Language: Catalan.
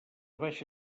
baixa